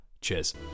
cheers